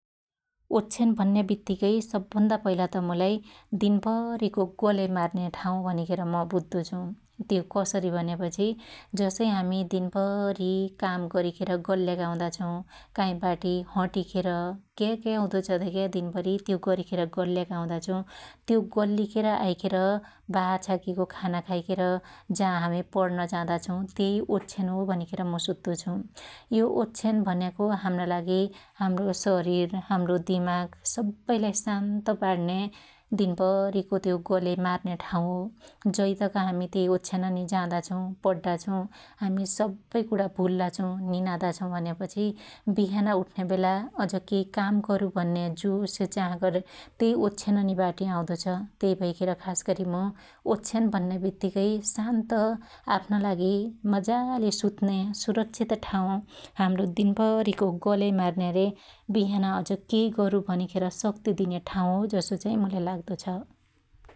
ओक्ष्यान भन्या बित्तीकै सब भन्दा पहिला त मुलाई दिनभरीको गल्याइ मार्न्या ठाँउ भनिखेर म बद्दो छु । त्यो कसरी भन्या पछि जसै हामि दिनभरी का गरीखेर गल्याका हुदा छौ ,काइ बाटी हटीखेर क्या क्या ह्दो छ धेक्या दिनभरी त्यो गरीखेर गल्याका हुदा छु त्यो गल्लीखेर आइखेर बाहाछाकी को खाना खाई खेर जा हामि मण्न जादा छु त्यइ ओक्ष्यान हो भनिखेर म सोत्तो छु । यो ओक्ष्यान भन्याको हाम्रा लागि हाम्रो शरीर हाम्रो दिमाक सब्बैलाई शान्त पाणन्या दिनभरीको त्यो गल्याई मार्न्या ठाँउ हो । जैतक हामि त्यई ओक्ष्याननी जादाछु पड्डा छु हामि सब्बै कुणा भुल्ला छु निनादा छु भन्यापछि बिहाना उठ्न्या बेला अज केइ गररु भन्या जोस जागर च्यइ ओक्ष्याननि बाटि आउदो छ । त्यै भैखेर खासगरी मु ओक्ष्यान भन्या बित्त्तीकै मु शान्त आफ्ना लागि मज्जाले सुत्न्या सुरक्षीत ठाँउ हाम्रो दिनभरीको गल्याई मार्न्या रे बिहान अज केइ गरु भनिखेर शक्त्ति दिन्या ठाँउ जसो चाई मुलाई लाग्दो छ ।